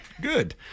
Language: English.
Good